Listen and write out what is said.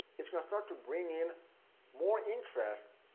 it's gonna start to bring in more interests,